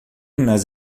nas